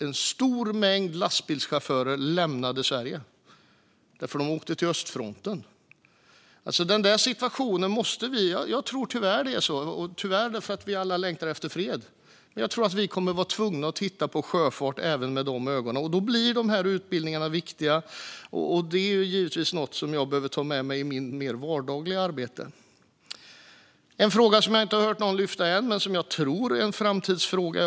En stor mängd lastbilschaufförer lämnade Sverige för att åka till östfronten. Den situationen måste vi titta på. Jag tror tyvärr - jag säger tyvärr eftersom vi alla längtar efter fred - att vi kommer att vara tvungna att titta på sjöfart även med de ögonen. Och då blir dessa utbildningar viktiga. Detta är givetvis något som jag behöver ta med mig i mitt mer vardagliga arbete. Det finns en fråga som jag inte har hört någon lyfta än men som jag tror är en framtidsfråga.